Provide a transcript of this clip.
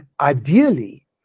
ideally